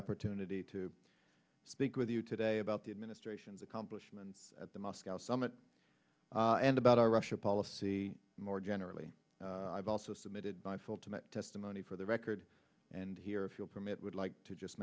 opportunity to speak with you today about the administration's accomplishments at the moscow summit and about our russia policy more generally i've also submitted by full to my testimony for the record and here if you'll permit would like to just